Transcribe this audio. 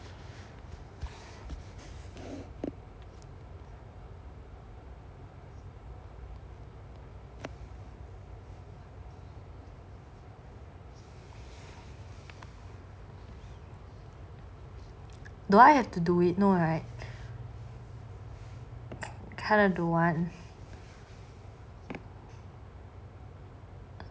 do I have to do it no right kind of don't want